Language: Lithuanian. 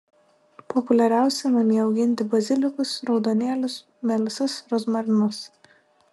populiariausia namie auginti bazilikus raudonėlius melisas rozmarinus